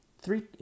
Three